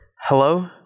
hello